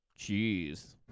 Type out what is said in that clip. Jeez